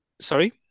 sorry